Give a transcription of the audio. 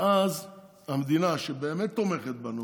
ואז המדינה שבאמת תומכת בנו,